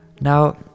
Now